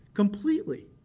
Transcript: Completely